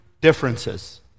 differences